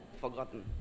Forgotten